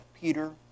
Peter